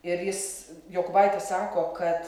ir jis jokubaitis sako kad